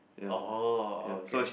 oh okay